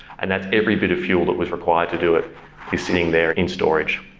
and that's every bit of fuel that was required to do it is sitting there in storage.